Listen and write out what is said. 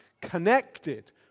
connected